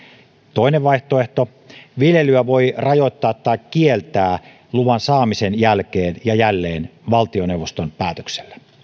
toinen vaihtoehto viljelyä voi rajoittaa tai kieltää luvan saamisen jälkeen ja jälleen valtioneuvoston päätöksellä